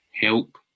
help